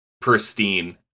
pristine